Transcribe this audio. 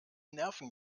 nerven